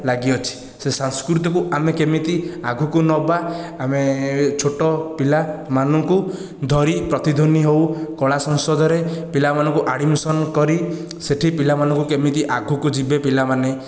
ଲାଗି ଅଛି ସେହି ସଂସ୍କୃତିକୁ ଆମେ କେମିତି ଆଗକୁ ନେବା ଆମେ ଛୋଟ ପିଲାମାନଙ୍କୁ ଧରି ପ୍ରତିଧ୍ୱନି ହେଉ କଲା ସଂଶୋଧରେ ପିଲାମାନଙ୍କୁ ଆଡ଼ମିଶନ କରି ସେ'ଠି ପିଲାମାନଙ୍କୁ କେମିତି ଆଗକୁ ଯିବେ ପିଲାମାନେ